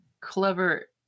clever